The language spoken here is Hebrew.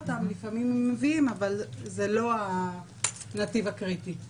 זה החלק הראשון.